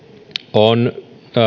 on